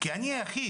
כי אני היחיד,